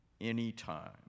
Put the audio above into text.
anytime